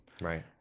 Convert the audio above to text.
Right